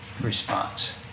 response